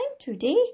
today